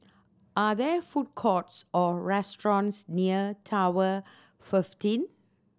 are there food courts or restaurants near Tower fifteen